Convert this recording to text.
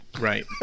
right